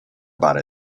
about